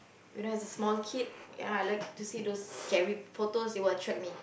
but then there's a small kid ya I like to see those scary photos it would attract me